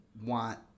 want